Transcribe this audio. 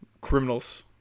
Criminals